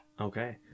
Okay